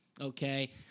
okay